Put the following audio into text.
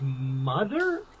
mother